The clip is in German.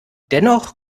dennoch